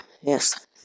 yes